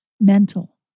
mental